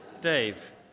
Dave